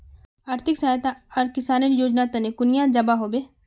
आर्थिक सहायता आर किसानेर योजना तने कुनियाँ जबा होबे?